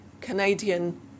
Canadian